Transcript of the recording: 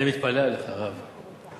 אני מתפלא עליך, הרב.